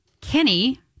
Kenny